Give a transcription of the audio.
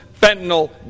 fentanyl